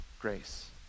grace